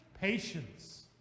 patience